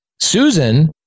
Susan